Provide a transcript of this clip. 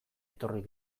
etorri